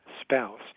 spouse